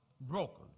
broken